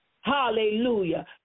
hallelujah